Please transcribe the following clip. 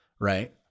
right